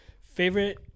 favorite